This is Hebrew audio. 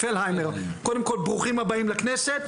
ברוכים הבאים לכנסת.